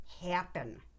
happen